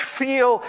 feel